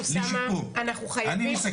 אוסאמה, אנחנו חייבים.